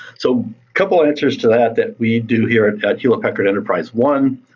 so couple answers to that that we do here at hewlett packard enterprise, one,